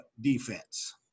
defense